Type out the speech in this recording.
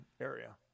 area